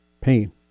pain